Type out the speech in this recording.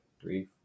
three